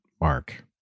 mark